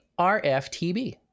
RFTB